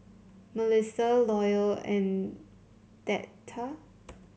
Mellissa Loyal and Theta